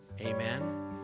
amen